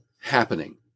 happening